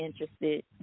interested